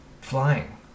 flying